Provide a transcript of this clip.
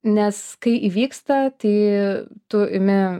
nes kai įvyksta tai tu imi